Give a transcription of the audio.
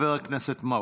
חבר הכנסת מעוז.